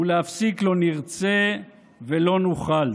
ולהפסיק לא נרצה ולא נוכל".